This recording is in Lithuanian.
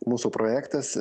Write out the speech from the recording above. mūsų projektas